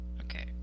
Okay